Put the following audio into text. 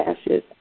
ashes